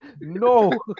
No